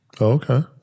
Okay